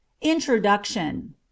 Introduction